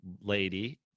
lady